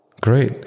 great